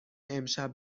امشب